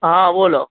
હા બોલો